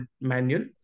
manual